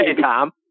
Tom